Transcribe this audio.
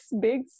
big